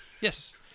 Yes